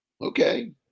okay